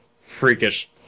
freakish